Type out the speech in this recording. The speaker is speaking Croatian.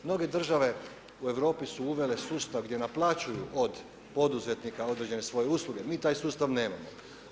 Mnoge države u Europi su uvele sustav gdje naplaćuju od poduzetnika određene svoje usluge, mi taj sustav nemamo.